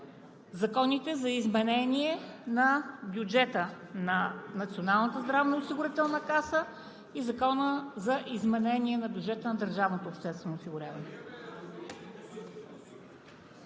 законопроектите за изменение на бюджета на Националната здравноосигурителна каса и за изменение на бюджета на държавното обществено осигуряване.